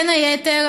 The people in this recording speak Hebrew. בין היתר,